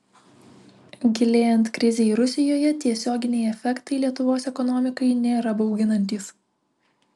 gilėjant krizei rusijoje tiesioginiai efektai lietuvos ekonomikai nėra bauginantys